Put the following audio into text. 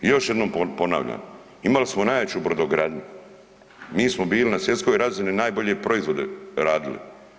Još jednom ponavljam, imali smo najjaču brodogradnju, mi smo bili na svjetskoj razini najbolje proizvode radili.